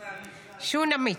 שו-נ-מית.